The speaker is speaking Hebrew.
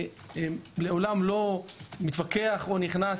לעולם לא מתווכח או נכנס